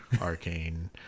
arcane